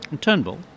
Turnbull